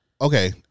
Okay